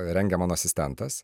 rengia mano asistentas